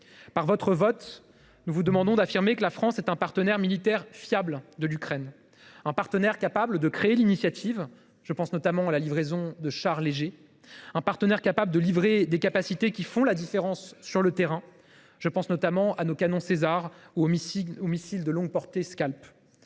Par votre vote, nous vous demandons d’affirmer que la France est un partenaire militaire fiable de l’Ukraine, un partenaire capable de prendre l’initiative – je pense notamment à la livraison de chars légers –, un partenaire capable de livrer des capacités qui font la différence sur le terrain – je pense notamment à nos canons Caesar et aux missiles à longue portée Scalp.